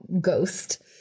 ghost